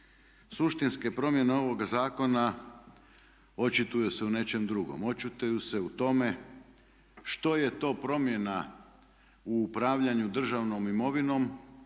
Suštinske promjene ovoga zakona očituju se u nečem drugom. Očituju se u tome što je to promjena u upravljanju državnom imovinom